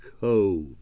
cove